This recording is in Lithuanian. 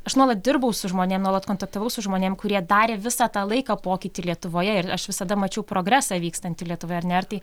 aš nuolat dirbau su žmonėm nuolat kontaktavau su žmonėm kurie darė visą tą laiką pokytį lietuvoje ir aš visada mačiau progresą vykstantį lietuvoje ar ne ar tai